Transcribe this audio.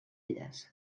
elles